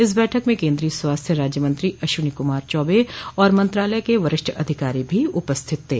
इस बैठक में केन्द्रीय स्वास्थ्य राज्य मंत्री अश्विनी कुमार चौबे और मंत्रालय के वरिष्ठ अधिकारो भी उपस्थित थे